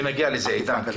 כשנגיע לזה, עידן.